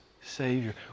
Savior